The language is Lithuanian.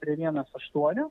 prie vienas aštuonių